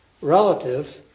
relative